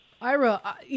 Ira